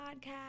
podcast